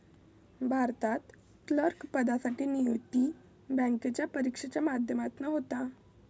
भारतात क्लर्क पदासाठी नियुक्ती बॅन्केच्या परिक्षेच्या माध्यमातना होता